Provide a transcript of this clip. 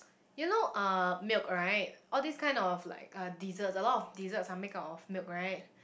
you know uh milk right all these kind of like uh desserts a lot of desserts are make up of milk right